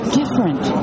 different